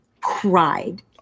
cried